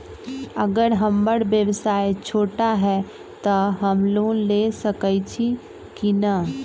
अगर हमर व्यवसाय छोटा है त हम लोन ले सकईछी की न?